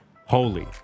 holy